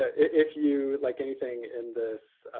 ah if you like anything in this